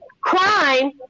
crime